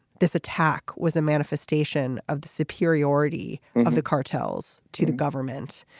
this attack was a manifestation of the superiority of the cartels to the government.